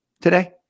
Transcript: today